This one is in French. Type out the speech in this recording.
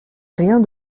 rien